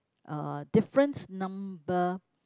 uh difference number